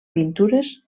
pintures